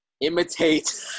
imitate